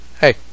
Hey